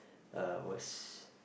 um was